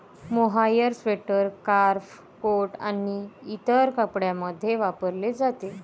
mohair sweater, scarf, coat आणि इतर कपड्यांमध्ये वापरले जाते